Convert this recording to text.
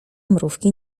mrówki